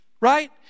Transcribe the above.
right